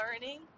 learning